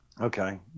Okay